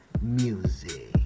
music